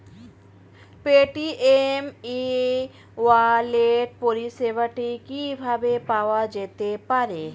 Paytm e wallet পরিষেবাটি কিভাবে পাওয়া যেতে পারে?